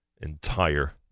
entire